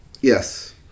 Yes